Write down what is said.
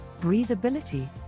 Breathability